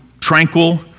tranquil